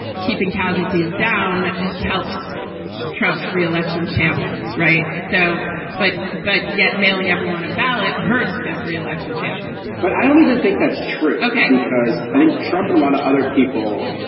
keeping casualties down and helps trump's re-election chances. right. so but but yet mailing everyone a ballot hurts his re-election chances but i don't even think that's true. ok because i think trumping a lot of other people,